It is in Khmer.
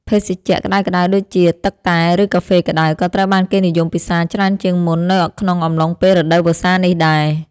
ភេសជ្ជៈក្ដៅៗដូចជាទឹកតែ ឬកាហ្វេក្ដៅ ក៏ត្រូវបានគេនិយមពិសារច្រើនជាងមុននៅក្នុងអំឡុងពេលរដូវវស្សានេះដែរ។